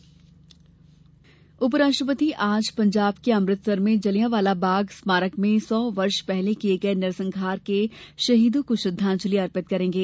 उपराष्ट्रपति उप राष्ट्रपति आज पंजाब के अमृतसर में जलियांवाला बाग स्मारक में सौ वर्ष पहले किए गए नरसंहार के शहीदों को श्रद्वांजलि अर्पित करेंगे